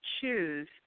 choose